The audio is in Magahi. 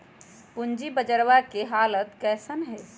पूंजी बजरवा के हालत कैसन है?